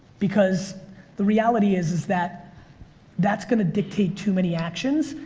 because the realty is is that that's gonna dictate too many actions.